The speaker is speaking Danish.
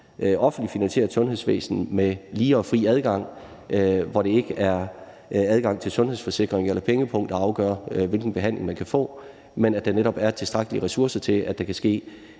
offentligt finansieret sundhedsvæsen med lige og fri adgang, hvor det ikke er adgangen til sundhedsforsikring eller pengepungen, der afgør, hvilken behandling man kan få, men at der netop er tilstrækkelige ressourcer til, at der kan ske